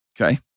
Okay